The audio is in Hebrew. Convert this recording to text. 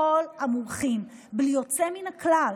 כל המומחים בלי יוצא מן הכלל,